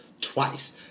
twice